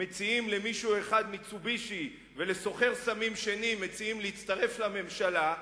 מציעים למישהו אחד "מיצובישי" ולסוחר סמים שני מציעים להצטרף לממשלה,